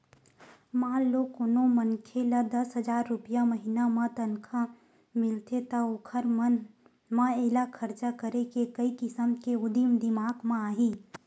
मान लो कोनो मनखे ल दस हजार रूपिया महिना म तनखा मिलथे त ओखर मन म एला खरचा करे के कइ किसम के उदिम दिमाक म आही